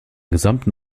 gesamten